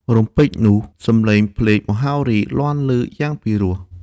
រំពេចនោះ សំលេងភ្លេង មហោរីលាន់លីយ៉ាងពីរោះ ។